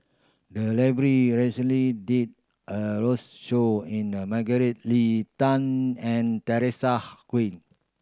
the library recently did a road's show in a Margaret Leng Tan and Teresa